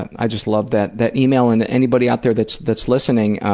i just love that that email and anybody out there that's that's listening,